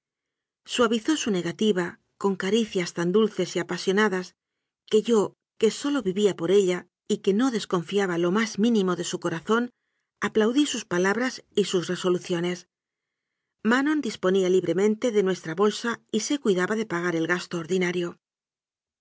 suavizó su negativa con caricias tan dulces y apasionadas que yo que sólo vivía por ella y que no desconfiaba lo más mínimo de su corazón aplau dí sus palabras y sus resoluciones manon disponía libremente de nuestra bolsa y se cuidaba de pagar el gasto ordinario